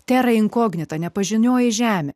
tėra inkognito nepažinioji žemė